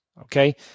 okay